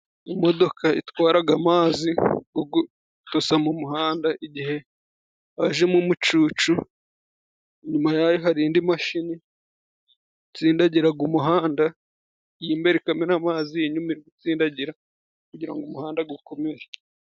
Imodoka itwaraga amazi go gutosa mu muhanda igihe wajemo umucucu ,inyuma yayo hari indi mashini itsindadagiraga umuhanda, iyimbere, ikamena amazi iyinyuma igatsindagira ,kugirango umuhanda gukomere.